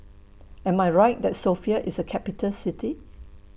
Am I Right that Sofia IS A Capital City